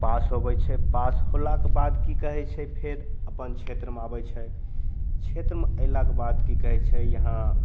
पास होबै छै पास होलाके बाद कि कहै छै फेर अपन क्षेत्रमे आबै छै क्षेत्रमे अएलाके बाद कि कहै छै यहाँ